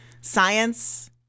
Science